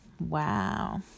Wow